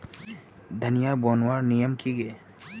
धनिया बूनवार नियम की गे?